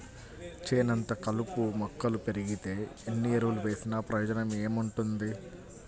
చేనంతా కలుపు మొక్కలు బెరిగితే ఎన్ని ఎరువులు వేసినా ప్రయోజనం ఏముంటది